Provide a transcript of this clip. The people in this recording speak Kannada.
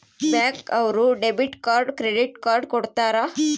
ಬ್ಯಾಂಕ್ ಅವ್ರು ಡೆಬಿಟ್ ಕಾರ್ಡ್ ಕ್ರೆಡಿಟ್ ಕಾರ್ಡ್ ಕೊಡ್ತಾರ